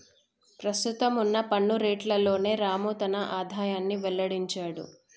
ప్రస్తుతం వున్న పన్ను రేట్లలోనే రాము తన ఆదాయాన్ని వెల్లడించిండు